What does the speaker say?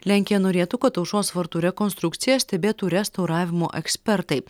lenkija norėtų kad aušros vartų rekonstrukciją stebėtų restauravimo ekspertai